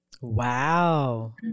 Wow